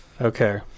okay